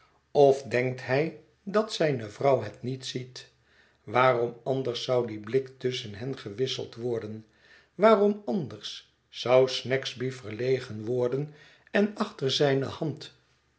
of denkt hij dat zijne vrouw het niet ziet waarom anders zou die blik tusschen hen gewisseld worden waarom anders zou snagsby verlegen worden en achter zijne hand